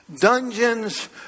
dungeons